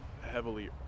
heavily